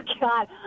god